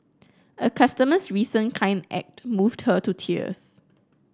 a customer's recent kind act moved her to tears